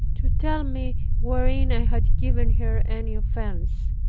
to tell me wherein i had given her any offense.